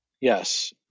yes